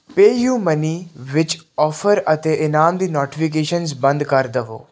PayUmoney ਵਿੱਚ offer ਅਤੇ ਇਨਾਮ ਦੀ ਨੋਟੀਫਿਕੇਸ਼ਨਸ ਬੰਦ ਕਰ ਦੇਵੋ